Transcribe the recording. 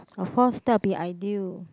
of course that would be ideal